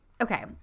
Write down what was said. okay